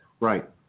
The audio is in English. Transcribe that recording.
Right